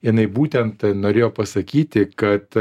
jinai būtent norėjo pasakyti kad